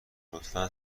لطفا